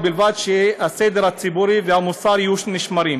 ובלבד שהסדר הציבורי והמוסר יישמרו.